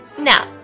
Now